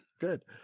Good